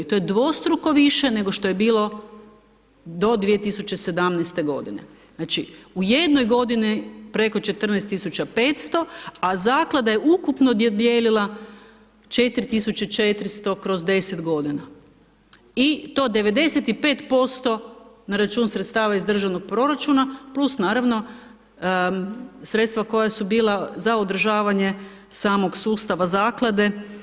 I to je dvostruko više nego što je bilo do 2017. godine, znači u jednog godini preko 14.500, a zaklada je ukupno dodijelila 4.400 kroz 10 godina i to 95% na račun sredstava iz državnog proračuna plus naravno sredstva koja su bila za održavanje samog sustava zaklade.